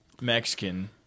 Mexican